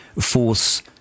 force